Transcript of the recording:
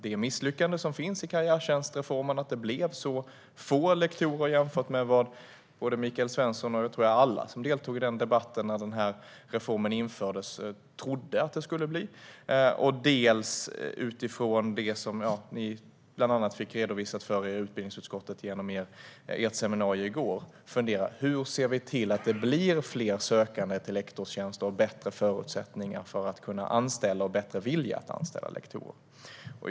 Det misslyckande som karriärtjänstreformen innebar, alltså att det blev så få lektorer jämfört med vad Michael Svensson och, tror jag, alla som deltog i debatten när reformen infördes trodde att det skulle bli och det som ni fick redovisat för er vid utbildningsutskottets seminarium i går gör att vi måste fundera på: Hur ser vi till att det blir fler sökande till lektorstjänster och bättre förutsättningar för att kunna anställa lektorer och skapa en bättre vilja att göra det?